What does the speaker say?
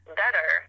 better